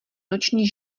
noční